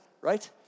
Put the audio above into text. right